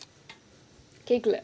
கேட்கல:ketkala